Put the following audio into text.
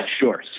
sure